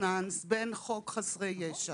הדיסוננס בין חוק חסרי ישע